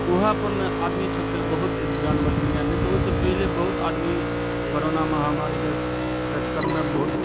वएहपर मे आदमी सबके बहुत जान बचलइए नहि तऽ ओइसँ पहिले बहुत आदमी करोना महामारीके चक्करमे बहुत